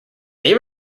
they